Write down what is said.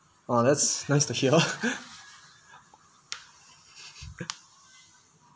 !wah! that's nice to hear